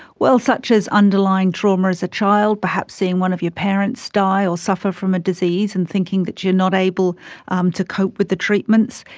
well, such as underlying trauma as a child, perhaps seeing one of your parents die or suffer from a disease and thinking that you are not able um to cope with the treatments.